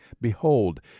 behold